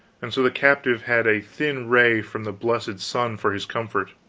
and so the captive had a thin ray from the blessed sun for his comfort.